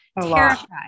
Terrified